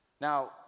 Now